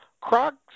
Croc's